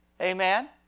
Amen